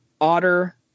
otter